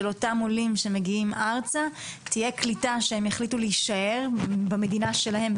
אותם עולים שמגיעים ארצה תהיה קליטה שהם יחליטו להישאר במדינה שלהם,